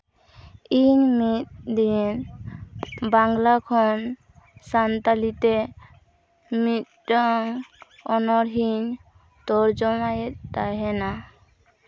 ᱤᱧ ᱢᱤᱫ ᱫᱤᱱ ᱵᱟᱝᱞᱟ ᱠᱷᱚᱱ ᱥᱟᱱᱛᱟᱲᱤᱛᱮ ᱢᱤᱫᱴᱟᱱ ᱚᱱᱚᱬᱮᱧ ᱛᱚᱨᱡᱚᱢᱟᱭᱮᱫ ᱛᱟᱦᱮᱱᱟ